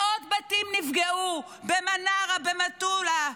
מאות בתים נפגעו במנרה, במטולה.